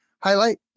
highlight